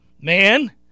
man